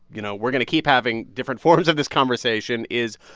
you know, we're going to keep having different forms of this conversation is,